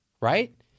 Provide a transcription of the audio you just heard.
right